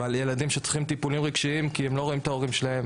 על ילדים שצריכים טיפולים רגשיים כי הם לא רואים את ההורים שלהם